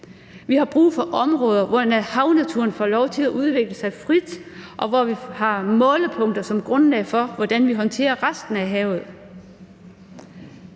Vi har brug for områder, hvor havnaturen får lov til at udvikle sig frit, og hvor vi har målepunkter som grundlag for, hvordan vi håndterer resten af havet.